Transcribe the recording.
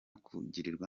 kugirirwa